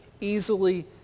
easily